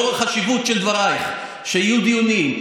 לאור החשיבות של דברייך שיהיו דיונים,